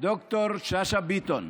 ד"ר שאשא ביטון,